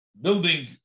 building